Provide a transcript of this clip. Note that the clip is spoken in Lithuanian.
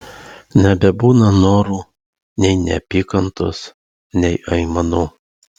nebebūna norų nei neapykantos nei aimanų